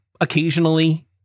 occasionally